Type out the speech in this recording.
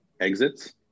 exits